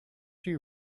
you